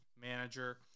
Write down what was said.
manager